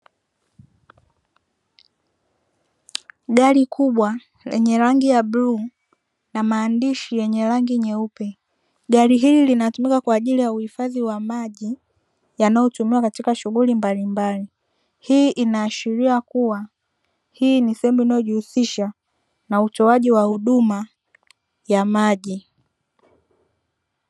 Gari kubwa lenye rangi ya bluu na maandishi yenye rangi nyeupe, gari hili linatumika kwa ajili ya uhifadhi wa maji yanayotumika katika shughuli mbalimbali. Hii inaashiria kuwa, hii ni sehemu inayojihusisha na utoaji wa huduma ya maji.